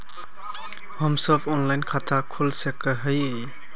हम सब ऑनलाइन खाता खोल सके है?